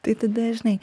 tai tada žinai